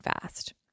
fast